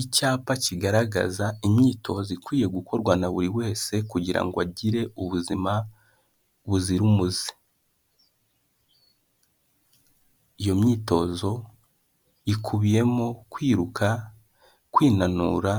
Icyapa kigaragaza imyitozo ikwiye gukorwa na buri wese, kugira ngo agire ubuzima buzira umuze, iyo myitozo ikubiyemo kwiruka, kwinanura